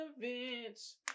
events